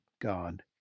God